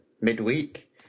midweek